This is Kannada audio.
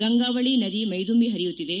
ಗಂಗಾವಳಿ ನದಿ ಮೈದುಂಬಿ ಹರಿಯುತ್ತಿದೆ